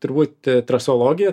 turbūt trasologija